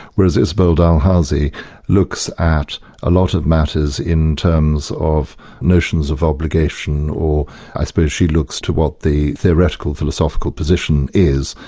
whereas isabel dalhousie looks at a lot of matters in terms of notions of obligation or i suppose she looks to what the theoretical philosophical position is,